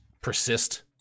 persist